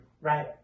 Right